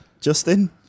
Justin